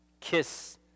Kiss